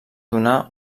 donar